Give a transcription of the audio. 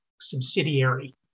subsidiary